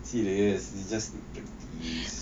serious you just need practice